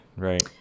right